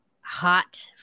hot